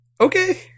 Okay